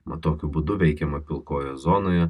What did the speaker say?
mat tokiu būdu veikiama pilkojoj zonoje